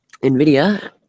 NVIDIA